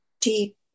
deep